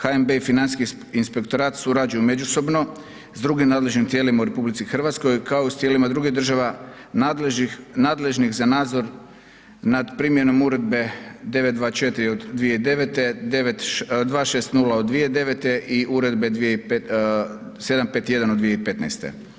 HNB i Financijski inspektorat surađuju međusobno s drugim nadležnim tijelima u RH kao i s tijelima drugih država nadležnih za nadzor nad primjenom Uredbe 924 od 2009., 260 od 2009. i Uredbe 751 od 2015.